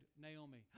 Naomi